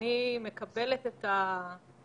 כן היינו רוצים לדעת את הפילוחים.